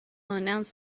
announce